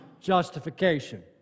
justification